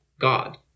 God